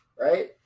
Right